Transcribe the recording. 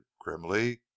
grimly